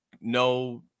no